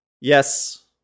yes